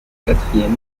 quatrième